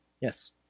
Yes